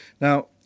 Now